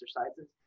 exercises